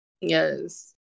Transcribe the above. Yes